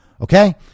Okay